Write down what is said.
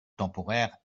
temporaire